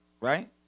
Right